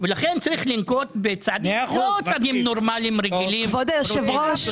ולכן צריך לנקוט לא בצעדים נורמליים רגילים רוטיניים.